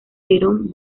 perón